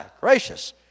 gracious